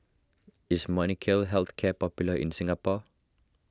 is Molnylcke Health Care popular in Singapore